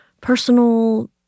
personal